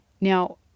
Now